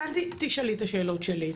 -- עזבי, אל תשאלי את השאלות שלי.